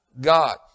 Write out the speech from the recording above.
God